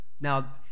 Now